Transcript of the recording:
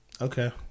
okay